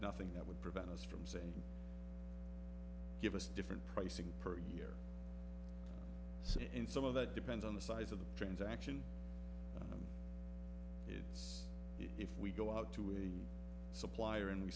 nothing that would prevent us from saying give us different pricing per year so in some of that depends on the size of the transaction is if we go out to a supplier and we